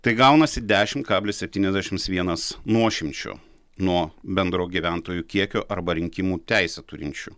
tai gaunasi dešimt kablis septyniasdešimt vienas nuošimčio nuo bendro gyventojų kiekio arba rinkimų teisę turinčių